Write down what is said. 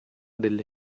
delle